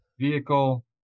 vehicle